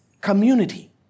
community